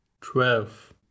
twelve